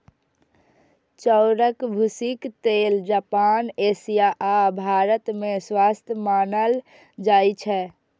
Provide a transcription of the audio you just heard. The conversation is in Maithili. चाउरक भूसीक तेल जापान, एशिया आ भारत मे स्वस्थ मानल जाइ छै